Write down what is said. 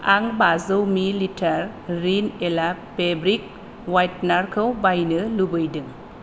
आं बाजौ मिलिटार रिन एला फेब्रिक व्हायटनारखौ बायनो लुबैदों